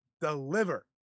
deliver